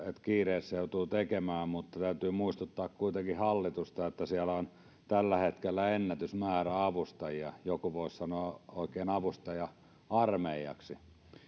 kiireessä joutuu tekemään mutta täytyy muistuttaa kuitenkin hallitusta että siellä on tällä hetkellä ennätysmäärä avustajia joku voisi sanoa oikein avustaja armeijaksi